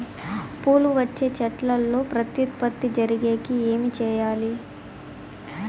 పూలు వచ్చే చెట్లల్లో ప్రత్యుత్పత్తి జరిగేకి ఏమి చేయాలి?